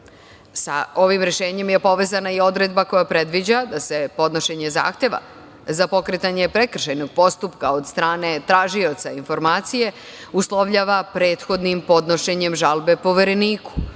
Sa ovim rešenjem je povezana i odredba koja predviđa da se podnošenje zahteva za pokretanje prekršajnog postupka od strane tražioca informacije uslovljava prethodnim podnošenjem žalbe Povereniku,